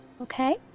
Okay